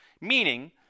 meaning